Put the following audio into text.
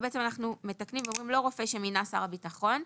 ובעצם אנחנו מתקנים ואומרים לא רופא שמינה שר הביטחון,